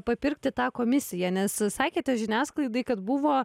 papirkti tą komisiją nes sakėte žiniasklaidai kad buvo